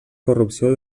corrupció